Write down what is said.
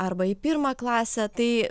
arba į pirmą klasę tai